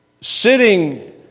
Sitting